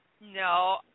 no